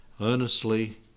earnestly